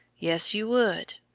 yes, you would.